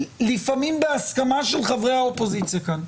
לפעמים בהסכמה של חברי האופוזיציה כאן.